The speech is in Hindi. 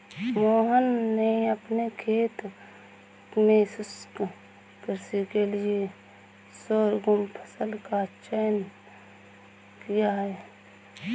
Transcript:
मोहन ने अपने खेत में शुष्क कृषि के लिए शोरगुम फसल का चयन किया है